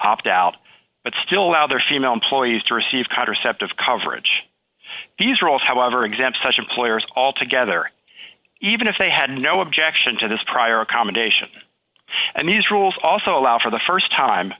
opt out but still allow their female employees to receive contraceptive coverage these roles however exempt such employers altogether even if they had no objection to this prior accommodation and these rules also allow for the st time